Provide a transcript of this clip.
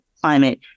climate